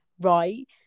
right